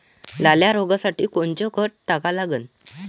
लाल्या रोगासाठी कोनचं खत टाका लागन?